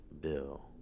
bill